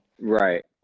right